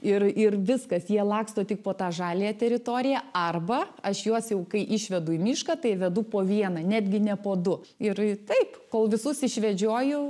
ir ir viskas jie laksto tik po tą žaliąją teritoriją arba aš juos jau kai išvedu į mišką tai vedu po vieną netgi ne po du ir taip kol visus išvedžioju